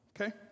Okay